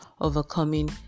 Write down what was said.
Overcoming